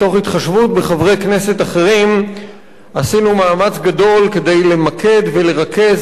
מתוך התחשבות בחברי כנסת אחרים עשינו מאמץ גדול כדי למקד ולרכז